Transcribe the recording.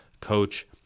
coach